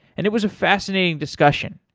and it was a fascinating discussion.